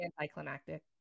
anticlimactic